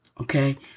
Okay